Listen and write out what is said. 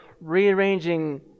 rearranging